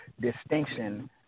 distinction